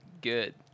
good